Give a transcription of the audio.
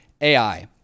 AI